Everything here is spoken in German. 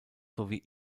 sowie